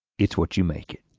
it's what you make it.